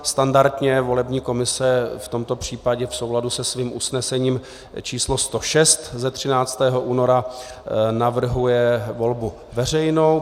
Standardně volební komise v tomto případě v souladu se svým usnesením číslo 106 ze 13. února navrhuje volbu veřejnou.